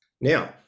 Now